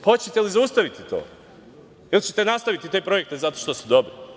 Hoćete li zaustaviti to ili ćete nastaviti te projekte zato što su dobri?